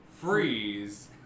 freeze